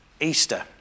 Easter